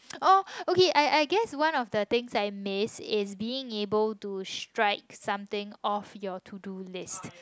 oh okay I I guess one of the things I miss is being able to strike something off your to do list